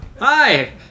Hi